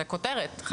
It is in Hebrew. אני שוב חוזרת ואומרת,